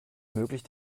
möglich